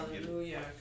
Hallelujah